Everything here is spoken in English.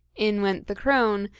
in went the crone,